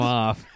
off